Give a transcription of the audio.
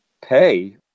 pay